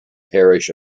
parish